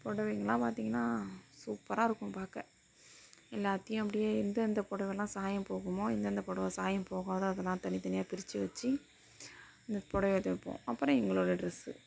புடவைங்கள்லாம் பார்த்திங்கன்னா சூப்பராக இருக்கும் பார்க்க எல்லாத்தையும் அப்படியே எந்தெந்த புடவலாம் சாயம் போகுமோ எந்தெந்த புடவ சாயம் போகாதோ அதெல்லாம் தனித்தனியாக பிரித்து வச்சு அந்த புடவைய துவப்போம் அப்புறம் எங்களோட ட்ரெஸ்ஸு